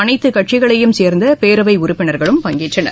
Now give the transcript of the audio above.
அனைத்துக் கட்சிகளையும் சார்ந்த பேரவை உறுப்பினர்களும் பங்கேற்றனர்